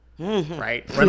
Right